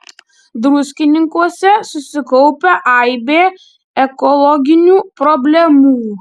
druskininkuose susikaupė aibė ekologinių problemų